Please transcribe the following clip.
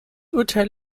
urteil